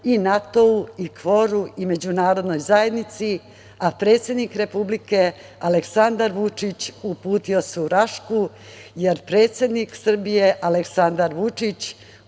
i NATO i KFOR i Međunarodnoj zajednici, a predsednik Republike Aleksandar Vučić uputio se u Rašku, jer predsednik Srbije Aleksandar Vučić